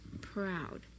proud